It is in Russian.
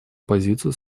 позицию